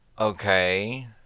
Okay